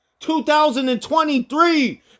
2023